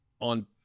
on